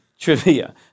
Trivia